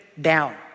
down